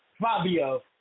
Fabio